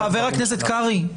חבר הכנסת קרעי,